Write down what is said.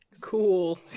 cool